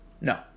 No